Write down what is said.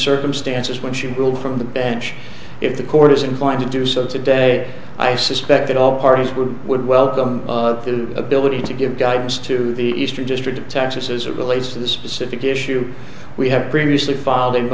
circumstances what you will from the bench if the court is inclined to do so today i suspect that all parties would would welcome the ability to give guidance to the eastern district of texas as it relates to the specific issue we have previously file